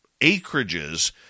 acreages